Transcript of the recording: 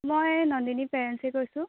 মই নন্দিনীৰ পেৰেঞ্চে কৈছোঁ